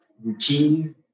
routine